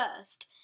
first